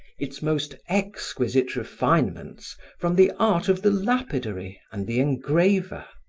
its most exquisite refinements from the art of the lapidary and the engraver.